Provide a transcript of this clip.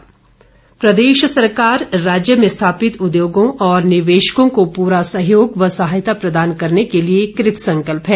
बिक्रम सिंह प्रदेश सरकार राज्य में स्थापित उद्योगों और निवेशकों को पूरा सहयोग व सहायता प्रदान करने के लिए कृत संकल्प है